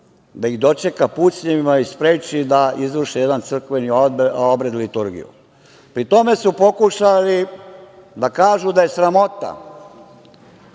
da ih dočeka pucnjevima i spreči da izvrše jedan crkveni obred – liturgiju. Pri tome su pokušali da kažu da je sramota